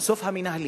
ובסוף המנהלים,